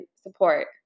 support